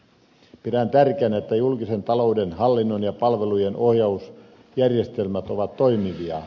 pidän tärkeänä että julkisen talouden hallinnon ja palvelujen ohjausjärjestelmät ovat toimivia